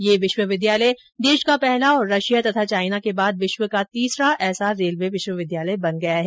ये विश्वविद्यालय देश का पहला और रशिया तथा चाइना के बाद विश्व का तीसरा ऐसा रेलवे विश्वविद्यालय बन गया है